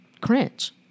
cringe